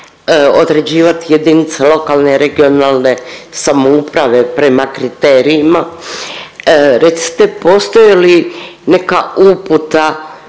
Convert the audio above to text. određivati jedinica lokalne regionalne samouprave prema kriterijima, recite postoji li neka uputa